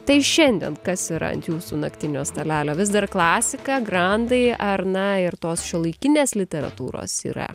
tai šiandien kas yra ant jūsų naktinio stalelio vis dar klasika grandai ar na ir tos šiuolaikinės literatūros yra